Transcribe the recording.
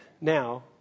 now